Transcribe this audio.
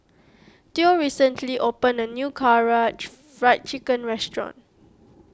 theo recently opened a new Karaage Fried Chicken restaurant